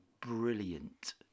brilliant